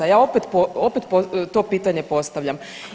Ja opet to pitanje postavljam.